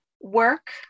work